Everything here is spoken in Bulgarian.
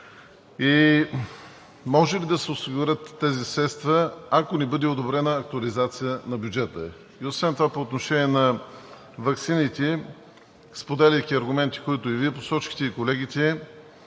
и може ли да се осигурят тези средства, ако не бъде одобрена актуализация на бюджета? И освен това по отношение на ваксините, споделяйки аргументи, които Вие и колегите